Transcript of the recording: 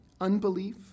unbelief